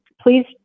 please